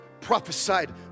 prophesied